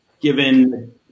given